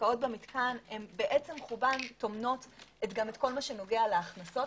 עסקאות במתקן בעצם חובן טומנות את מה שנוגע להכנסות